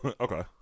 Okay